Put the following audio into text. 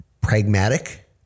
pragmatic